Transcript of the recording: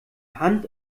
hand